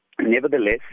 Nevertheless